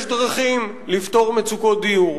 יש דרכים לפתור מצוקות דיור,